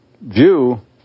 view